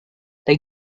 they